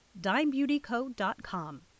DimeBeautyCo.com